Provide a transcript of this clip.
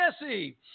jesse